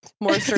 More